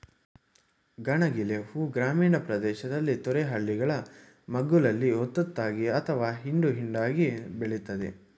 ಗಣಗಿಲೆ ಹೂ ಗ್ರಾಮೀಣ ಪ್ರದೇಶದಲ್ಲಿ ತೊರೆ ಹಳ್ಳಗಳ ಮಗ್ಗುಲಲ್ಲಿ ಒತ್ತೊತ್ತಾಗಿ ಅಥವಾ ಹಿಂಡು ಹಿಂಡಾಗಿ ಬೆಳಿತದೆ